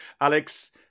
Alex